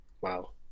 Wow